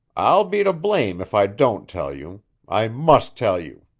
i'll be to blame if i don't tell you i must tell you.